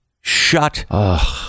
shut